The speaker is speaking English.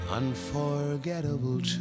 unforgettable